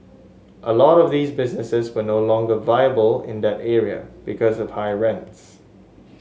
a lot of these businesses were no longer viable in that area because of higher rents